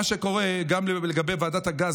מה שקורה גם לגבי ועדת הגז,